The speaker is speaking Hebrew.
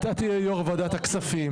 אתה תהיה יו"ר ועדת הכספים,